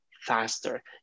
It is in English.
faster